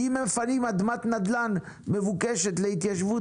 כי אם מפנים אדמת נדל"ן מבוקשת להתיישבות